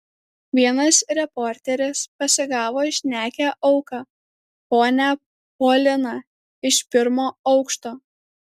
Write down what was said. vienas reporteris pasigavo šnekią auką ponią poliną iš pirmo aukšto